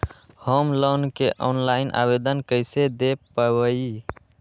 Home loan के online आवेदन कैसे दें पवई?